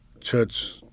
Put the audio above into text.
church